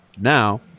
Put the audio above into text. Now